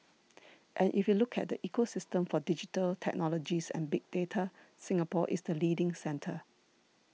and if you look at the ecosystem for digital technologies and big data Singapore is the leading centre